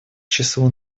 числу